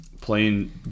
playing